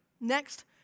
Next